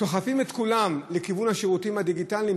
סוחפים את כולם לכיוון השירותים הדיגיטליים,